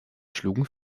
schlugen